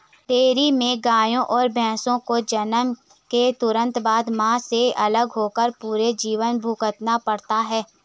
dairy में गायों और भैंसों को जन्म के तुरंत बाद, मां से अलग होकर पूरा जीवन भुगतना पड़ता है